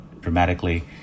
dramatically